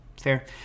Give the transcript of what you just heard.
Fair